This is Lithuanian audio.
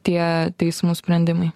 tie teismų sprendimai